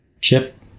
Chip